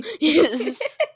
Yes